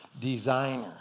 designer